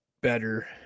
better